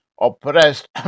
oppressed